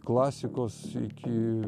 klasikos iki